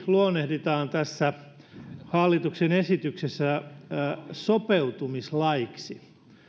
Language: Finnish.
luonnehditaan tässä hallituksen esityksessä sopeutumislaiksi